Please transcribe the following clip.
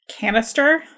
canister